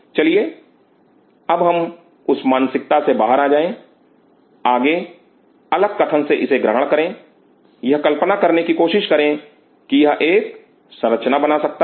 चलिए अब हम उस मानसिकता से बाहर आ जाएं आगे अलग कथन से इसे ग्रहण करें यह कल्पना करने की कोशिश करें कि यह एक संरचना बना सकता है